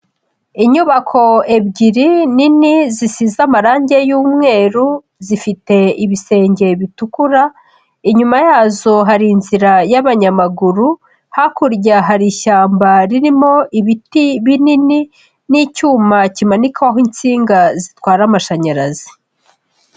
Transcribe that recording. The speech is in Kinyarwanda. Inyubako ebyiri nini zisize amarangi y'umweru, zifite ibisenge bitukura, inyuma yazo hari inzira y'abanyamaguru, hakurya hari ishyamba ririmo ibiti binini n'icyuma kimanikwaho insinga zitwara amashanyarazi.